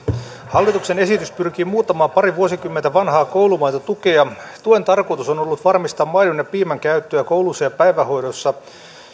hallituksen esitys pyrkii muuttamaan pari vuosikymmentä vanhaa koulumaitotukea tuen tarkoitus on ollut varmistaa maidon ja piimän käyttöä kouluissa ja päivähoidossa